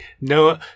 No